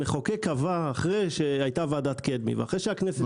המחוקק קבע אחרי שהייתה ועדת קדמי ואחרי שהכנסת